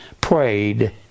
prayed